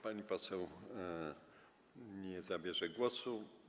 Pani poseł nie zabierze głosu.